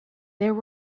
there